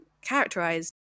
characterized